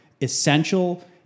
essential